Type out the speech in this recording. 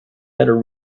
better